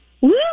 Woo